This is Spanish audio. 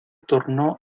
tornó